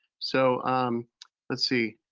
so let's see,